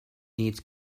needs